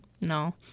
No